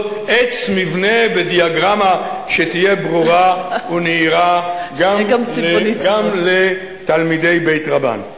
עץ מבנה בדיאגרמה שתהיה ברורה ונהירה גם לתלמידי בית רבן.